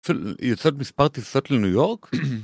יוצאות מספר טיסות לניו יורק.